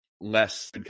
less